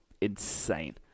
Insane